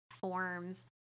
forms